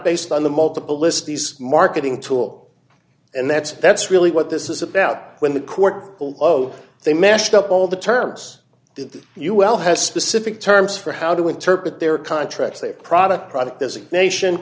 based on the multiple list these marketing tool and that's that's really what this is about when the court oh they messed up all the terms did you well have specific terms for how to interpret their contracts that product product is a nation